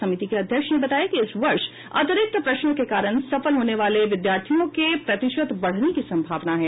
समिति के अध्यक्ष ने बताया कि इस वर्ष अतिरिक्त प्रश्नों के कारण सफल होने वाले विद्यार्थियों के प्रतिशत बढ़ने की संभावना है